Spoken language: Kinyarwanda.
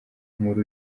muri